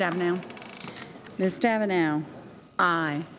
don't know their stamina now i